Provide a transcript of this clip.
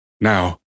now